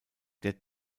der